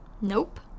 Nope